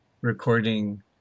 recording